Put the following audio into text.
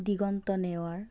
Diganta Newar